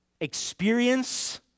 experience